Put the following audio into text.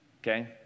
Okay